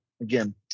again